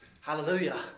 Hallelujah